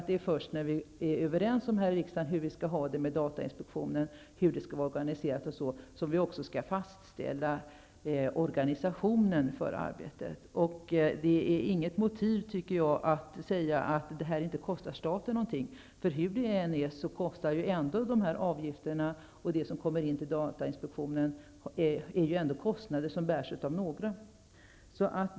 Det är först när vi här i riksdagen är överens om hur vi skall ha det med datainspektionen och hur den skall vara organiserad som vi skall fastställa organisationen för arbetet. Det är inget motiv att säga att detta inte kostar staten någonting. För hur det än är så är ju de avgifter som kommer in till datainspektionen kostnader som bärs av några.